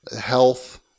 health